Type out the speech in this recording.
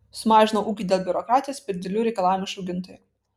sumažinau ūkį dėl biurokratijos per didelių reikalavimų iš augintojo